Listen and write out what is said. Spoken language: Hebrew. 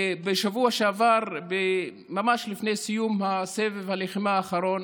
בשבוע שעבר, ממש לפני סיום סבב הלחימה האחרון,